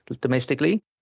domestically